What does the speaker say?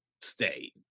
state